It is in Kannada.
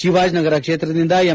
ಶಿವಾಜಿನಗರ ಕ್ಷೇತ್ರದಿಂದ ಎಂ